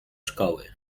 szkoły